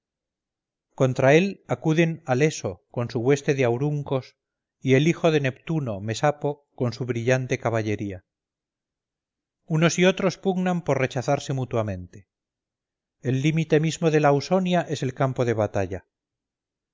contra él acuden haleso con su hueste de auruncos y el hijo de neptuno mesapo con su brillante caballería unos y otros pugnan por rechazarse mutuamente el límite mismo de la ausonia es el campo de batalla